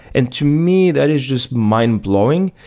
and to me, that is just mind-blowing.